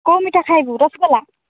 କୋଉ ମିଠା ଖାଇବୁ ରସଗୋଲା